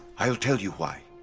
i'll tell you why.